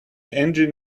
engine